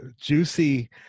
juicy